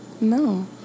No